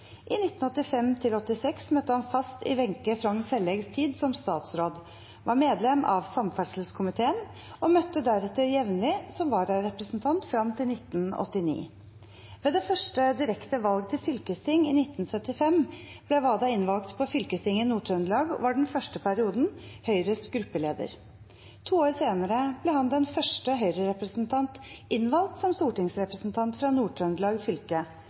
I årene 1985–1986 møtte han fast i Wenche Frogn Sellægs tid som statsråd, var medlem av samferdselskomiteen og møtte deretter jevnlig som vararepresentant frem til 1989. Ved det første direkte valg til fylkesting i 1975 ble Vada innvalgt på fylkestinget i Nord-Trøndelag og var den første perioden Høyres gruppeleder. To år senere ble han den første Høyre-representant innvalgt som stortingsrepresentant fra Nord-Trøndelag fylke,